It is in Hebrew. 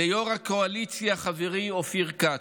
ליו"ר הקואליציה חברי אופיר כץ,